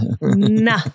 no